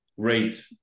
Great